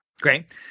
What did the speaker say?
Great